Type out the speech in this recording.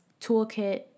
toolkit